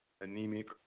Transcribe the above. anemic